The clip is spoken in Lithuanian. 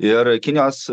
ir kinijos